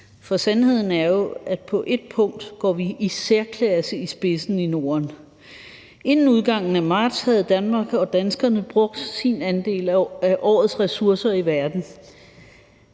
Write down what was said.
for sandheden er jo, at på ét punkt går vi i særklasse i spidsen i Norden. Inden udgangen af marts havde Danmark og danskerne brugt sin andel af årets ressourcer i verden,